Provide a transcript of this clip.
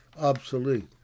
obsolete